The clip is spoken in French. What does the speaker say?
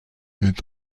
est